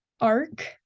arc